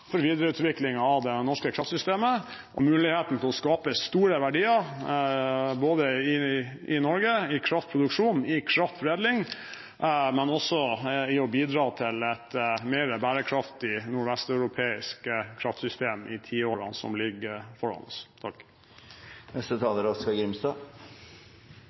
for videreutvikling av det norske kraftsystemet og muligheten til å skape store verdier i Norge innen kraftproduksjon og kraftforedling, men også for å bidra til et mer bærekraftig nordvesteuropeisk kraftsystem i tiårene som ligger foran oss. Det er tydeleg at det er